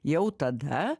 jau tada